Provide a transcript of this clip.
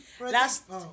Last